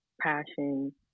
passion